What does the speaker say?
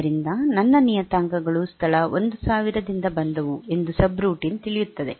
ಆದ್ದರಿಂದ ನನ್ನ ನಿಯತಾಂಕಗಳು ಸ್ಥಳ 1000 ದಿಂದ ಬಂದವು ಎಂದು ಸಬ್ರೂಟೀನ್ ತಿಳಿಯುತ್ತದೆ